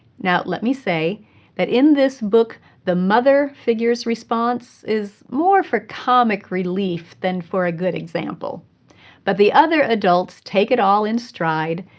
now, let me say that in this book, the mother figure's response is more for comic relief than for a good example but the other adults take it all in stride,